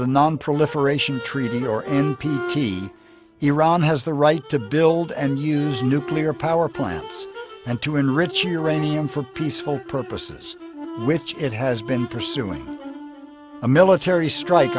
the nonproliferation treaty or n p t iran has the right to build and use nuclear power plants and to enrich uranium for peaceful purposes which it has been pursuing a military strike